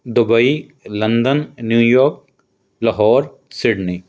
Dubai London New York Lahore Sydney